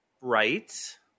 right